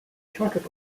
chartered